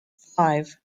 five